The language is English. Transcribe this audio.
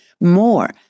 more